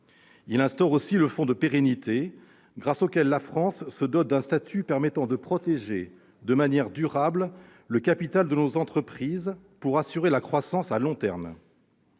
il instaure le fonds de pérennité, grâce auquel la France se dote d'un statut permettant de protéger de manière durable le capital de nos entreprises pour assurer leur croissance à long terme